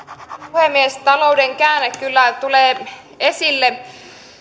puhemies talouden käänne kyllä tulee esille